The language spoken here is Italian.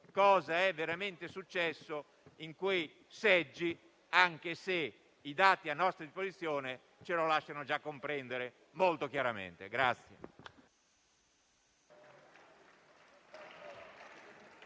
cosa è veramente successo in quei seggi, anche se i dati a nostra disposizione ce lo lasciano già comprendere molto chiaramente.